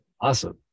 Awesome